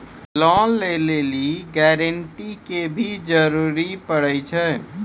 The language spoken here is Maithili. लोन लै लेली गारेंटर के भी जरूरी पड़ै छै?